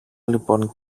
λοιπόν